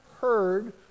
heard